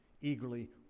eagerly